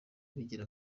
bigira